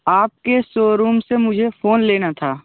आपके सोरूम से मुझे फ़ोन लेना था